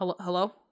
Hello